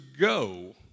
go